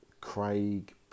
Craig